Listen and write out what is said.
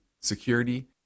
security